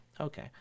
Okay